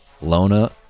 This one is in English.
lona